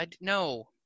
no